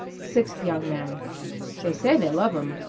sixth young man they say they love em.